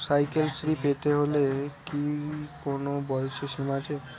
Cycle শ্রী পেতে হলে কি কোনো বয়সের সীমা আছে?